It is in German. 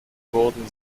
wurden